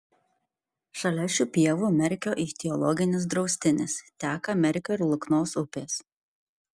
šalia šių pievų merkio ichtiologinis draustinis teka merkio ir luknos upės